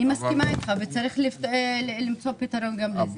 אני מסכימה איתך וצריך למצוא פתרון גם לזה.